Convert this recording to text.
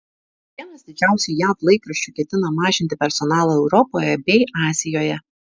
vienas didžiausių jav laikraščių ketina mažinti personalą europoje bei azijoje